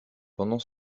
pendant